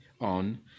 on